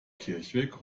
kirchweg